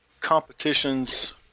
competitions